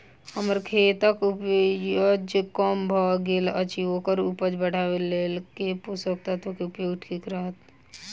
हम्मर खेतक उपज कम भऽ गेल अछि ओकर उपज बढ़ेबाक लेल केँ पोसक तत्व केँ उपयोग ठीक रहत?